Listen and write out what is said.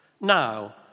Now